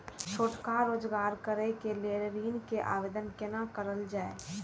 छोटका रोजगार करैक लेल ऋण के आवेदन केना करल जाय?